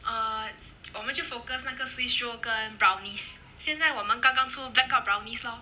um 我们就 focus 那个 swiss roll 跟 brownies 现在我们刚刚出 blackout brownies lor